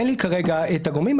אין לי כרגע את הגורמים,